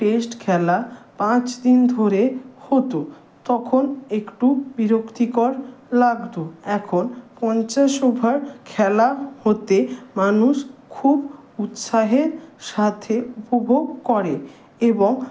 test খেলা পাঁচ দিন ধরে হতো তখন একটু বিরক্তিকর লাগত এখন পঞ্চাশ ওভার খেলা হতে মানুষ খুব উৎসাহের সাথে উপভোগ করে এবং